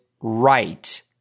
right